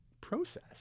process